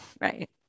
right